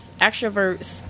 Extroverts